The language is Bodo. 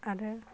आरो